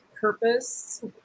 purpose